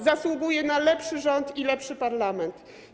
Zasługuje na lepszy rząd i lepszy parlament.